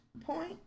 point